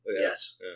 Yes